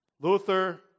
Luther